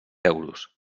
euros